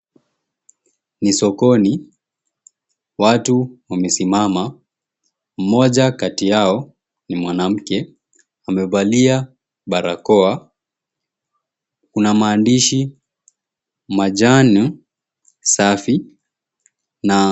Ni sokoni, watu wamesimama, mmoja kati yao ni mwanamke, amevalia barakoa, kuna maandishi, majani safi na.